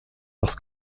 parce